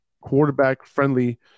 quarterback-friendly